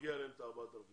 שמגיע להם את ה-4,000 שקל?